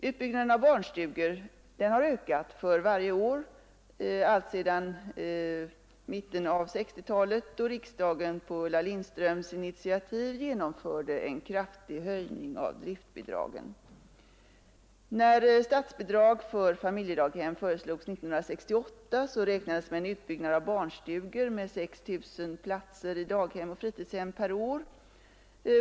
Utbyggnaden av barnstugor har ökat för varje år alltsedan mitten av 1960-talet, då riksdagen på Ulla Lindströms initiativ genomförde en kraftig höjning av driftbidragen. När statsbidrag för familjedaghem föreslogs 1968, räknade man med en utbyggnad med 6 000 platser i daghem och fritidshem per år.